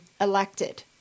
elected